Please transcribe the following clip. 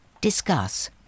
Discuss